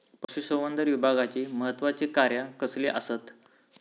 पशुसंवर्धन विभागाची महत्त्वाची कार्या कसली आसत?